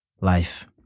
life